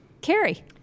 carrie